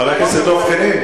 חבר הכנסת דב חנין,